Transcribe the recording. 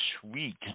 sweet